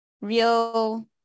real